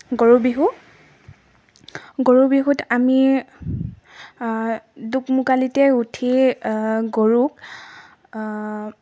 গৰু বিহু গৰু বিহুত আমি দোকমোকালিতে উঠি গৰুক